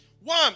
one